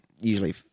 usually